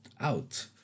out